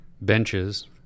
benches